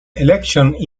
elections